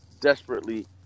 desperately